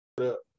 up